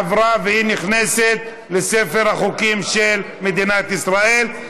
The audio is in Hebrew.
עברה, והיא נכנסת לספר החוקים של מדינת ישראל.